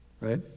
Right